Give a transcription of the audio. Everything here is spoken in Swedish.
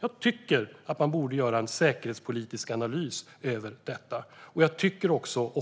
Jag tycker att man borde göra en säkerhetspolitisk analys över detta, och jag